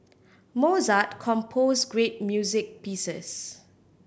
Mozart composed great music pieces